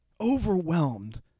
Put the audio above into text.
Overwhelmed